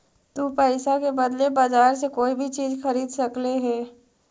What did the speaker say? तु पईसा के बदले बजार से कोई भी चीज खरीद सकले हें